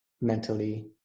mentally